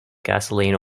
gasoline